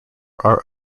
are